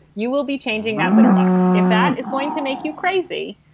you will be changing that litter box. if that is going to make you crazy,